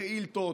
בשאילתות,